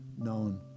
known